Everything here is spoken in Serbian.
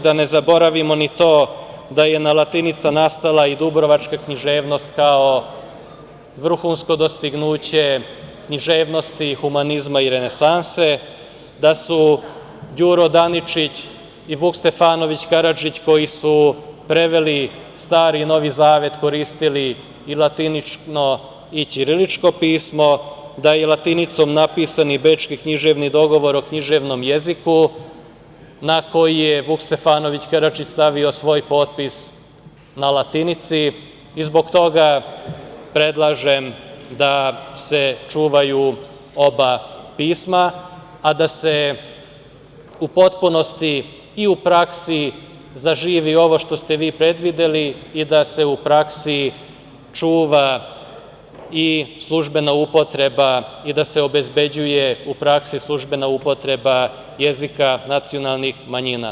Da ne zaboravimo ni to da je latinica nastala i dubrovačka književnost kao vrhunsko dostignuće književnosti, humanizma i renesanse, da su Đuro Daničić i Vuk Stefanović Karadžić koji su preveli Stari i Novi zavet koristili i latiničko i ćiriličko pismo, da je latinicom napisan i Bečki književni dogovor o književnom jeziku na koji je Vuk Stefanović Karadžić stavio svoj potpis na latinici i zbog toga predlažem da se čuvaju oba pisma, a da se u potpunosti i u praksi zaživi ovo što ste vi predvideli i da se u praksi čuva i službena upotreba i da se obezbeđuje u praksi službena upotreba jezika nacionalnih manjina.